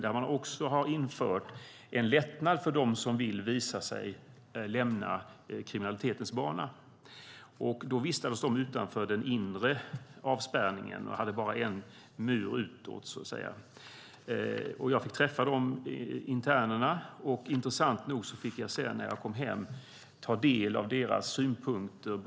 Där har de infört en lättnad för dem som vill lämna kriminalitetens bana. De får vistas utanför den inre avspärrningen och har bara en mur utåt, så att säga. Jag fick träffa de internerna, och intressant nog fick jag när jag kom hem ta del av deras synpunkter.